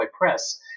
Press